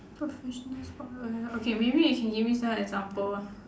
professional sport uh okay maybe you can give me some example ah